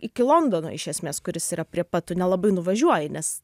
iki londono iš esmės kuris yra prie pat tu nelabai nuvažiuoji nes